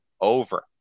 over